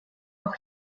auch